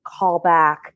callback